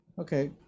Okay